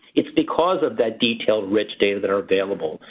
it's because of that detailed rich data that are available.